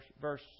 verse